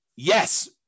Yes